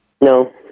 No